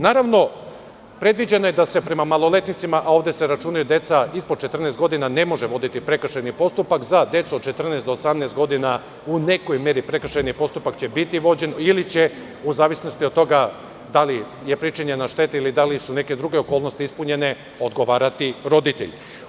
Naravno, predviđeno je da se prema maloletnicima, a ovde se računaju deca ispod 14 godina, ne može voditi prekršajni postupak, za decu od 14 do 18 godina, u nekoj meri prekršajni postupak će biti vođen, ili će u zavisnosti od toga da li je pričinjena šteta ili da li su neke druge okolnosti ispunjene, odgovarati roditelji.